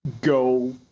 go